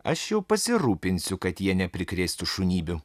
aš jau pasirūpinsiu kad jie neprikrėstų šunybių